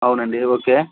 అవునండీ ఓకే